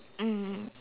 mm